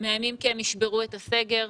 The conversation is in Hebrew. מאיימים כי הם ישברו את הסגר.